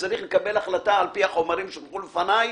וצריך לקבל החלטה לפי החומרים שהובאו לפניי